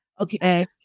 Okay